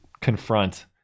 confront